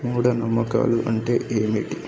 మూఢ నమ్మకాలు అంటే ఏమిటి